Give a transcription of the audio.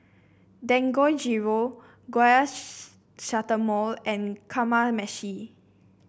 Dangojiru and Kamameshi